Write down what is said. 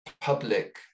public